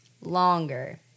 Longer